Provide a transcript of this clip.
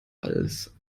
als